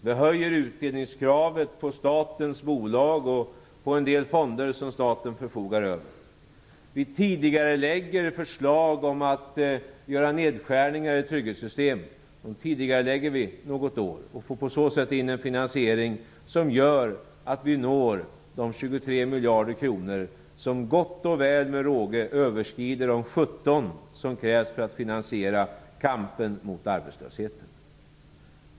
Vi höjer utdelningskravet på statens bolag och på en del fonder som staten förfogar över. Vi tidigarelägger förslag om att göra nedskärningar i trygghetssystemen något år och får på så sätt en finansiering som gör att vi når de 23 miljarder kronor som gott och väl, med råge, överskrider de 17 miljarder som krävs för att finansiera kampen mot arbetslösheten.